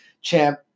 champ